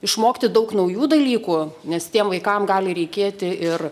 išmokti daug naujų dalykų nes tiems vaikam gali reikėti ir